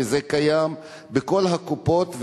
וזה קיים בכל הקופות,